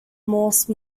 morse